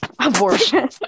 Abortion